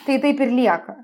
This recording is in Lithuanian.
tai taip ir lieka